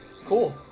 Cool